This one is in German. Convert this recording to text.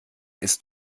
ist